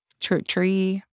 Tree